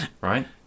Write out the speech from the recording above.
right